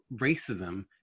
racism